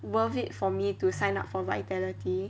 worth it for me to sign up for vitality